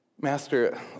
Master